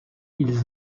ils